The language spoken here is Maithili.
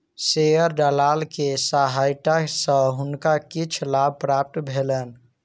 शेयर दलाल के सहायता सॅ हुनका किछ लाभ प्राप्त भेलैन